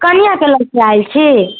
कनिओके ले के आयल छी